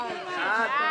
שש.